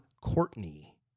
Courtney